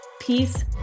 Peace